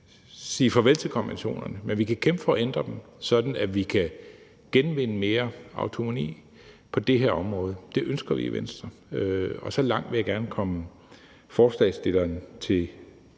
sige farvel til konventionerne, men vi kan kæmpe for at ændre dem, sådan at vi kan genvinde mere autonomi på det område. Det ønsker vi i Venstre, og så langt vil jeg gerne komme forslagsstillerne i